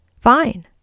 fine